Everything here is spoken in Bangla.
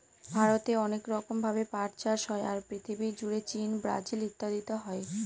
ভারতে অনেক রকম ভাবে পাট চাষ হয়, আর পৃথিবী জুড়ে চীন, ব্রাজিল ইত্যাদিতে হয়